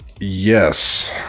yes